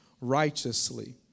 righteously